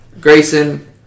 Grayson